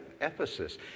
Ephesus